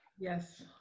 yes